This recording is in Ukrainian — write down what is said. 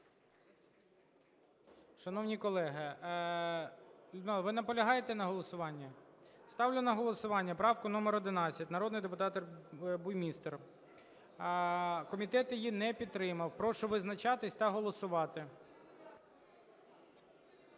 Шановні колеги! Людмила, ви наполягаєте на голосуванні? Ставлю на голосування правку номер 11, народний депутат Буймістер. Комітет її не підтримав. Прошу визначатись та голосувати.